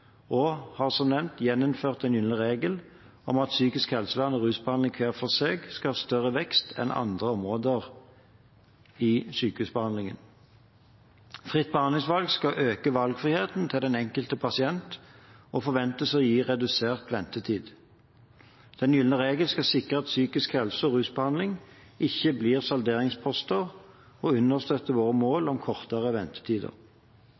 og har som nevnt gjeninnført den gylne regel om at psykisk helsevern og rusbehandling hver for seg skal ha større vekst enn andre områder i sykehusbehandlingen. Fritt behandlingsvalg skal øke valgfriheten til den enkelte pasient og forventes å gi redusert ventetid. Den gylne regel skal sikre at psykisk helse- og rusbehandling ikke blir salderingsposter, og understøtter vårt mål om kortere ventetider.